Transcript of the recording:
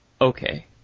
okay